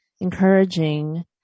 encouraging